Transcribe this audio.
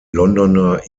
londoner